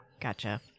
Gotcha